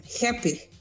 happy